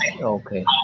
Okay